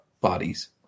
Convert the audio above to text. bodies